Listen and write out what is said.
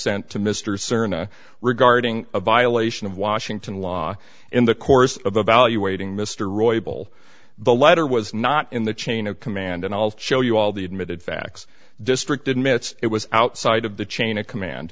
sent to mr crna regarding a violation of washington law in the course of the valuating mr roybal the letter was not in the chain of command and i'll show you all the admitted facts district admits it was outside of the chain of command